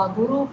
guru